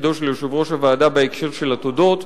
תפקידו של יושב-ראש הוועדה בהקשר של התודות,